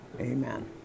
amen